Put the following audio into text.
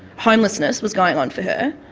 homelessness was going on for her,